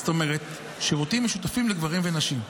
זאת אומרת, שירותים משותפים לגברים ונשים.